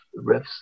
riffs